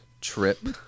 trip